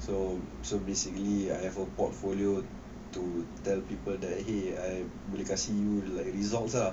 so so basically I have a portfolio to tell people that !hey! I boleh kasi you like results ah